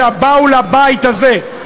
שבאו לבית הזה,